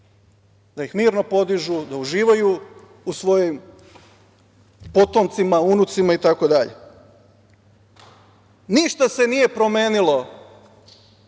da ih mirno podižu, da uživaju u svojim potomcima, unucima itd. Ništa se nije promenilo,